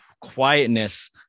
quietness